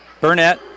Burnett